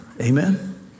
amen